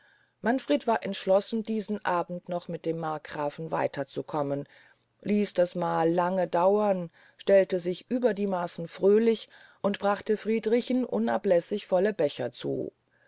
manfred war entschlossen diesen abend noch mit dem markgrafen weiter zu kommen ließ das mahl lange dauern stellte sich über die maassen frölich und brachte friedrichen unablässig volle becher zu